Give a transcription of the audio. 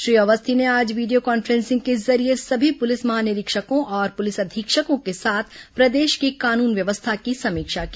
श्री अवस्थी ने आज video conferencing के जरिये सभी पुलिस महानिरीक्षकों और पुलिस अधीक्षकों के साथ प्रदेश की कानून व्यवस्था की समीक्षा की